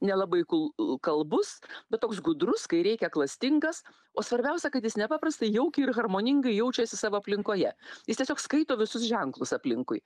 nelabai kul kalbus bet toks gudrus kai reikia klastingas o svarbiausia kad jis nepaprastai jaukiai ir harmoningai jaučiasi savo aplinkoje jis tiesiog skaito visus ženklus aplinkui